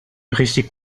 richtig